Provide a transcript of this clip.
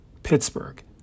Pittsburgh